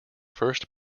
first